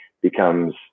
becomes